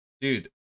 dude